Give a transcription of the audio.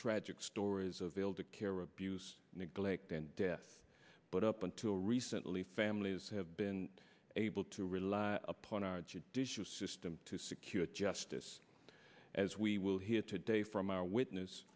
tragic stories of able to care abuse neglect and death but up until recently families have been able to rely upon our judicial system to secure a justice as we will hear today from our witness